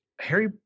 Harry